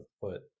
foot